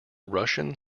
russian